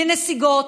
בלי נסיגות,